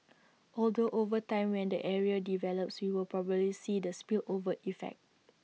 although over time when the area develops we will probably see the spillover effect